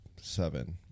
seven